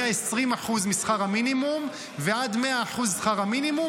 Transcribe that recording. מ-20% משכר המינימום ועד 100% שכר המינימום